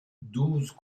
douze